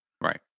Right